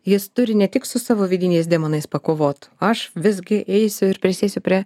jis turi ne tik su savo vidiniais demonais pakovot aš visgi eisiu ir prisėsiu prie